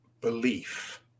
belief